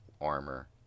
armor